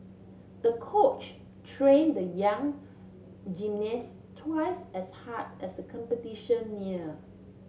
the coach train the young gymnast twice as hard as competition near